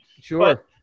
Sure